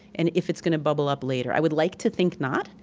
and if it's gonna bubble up later. i would like to think not.